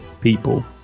people